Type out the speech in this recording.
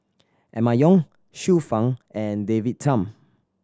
Emma Yong Xiu Fang and David Tham